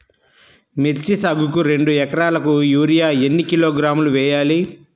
మిర్చి సాగుకు రెండు ఏకరాలకు యూరియా ఏన్ని కిలోగ్రాములు వేయాలి?